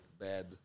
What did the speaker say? bad